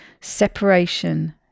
separation